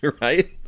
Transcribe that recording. right